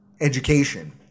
education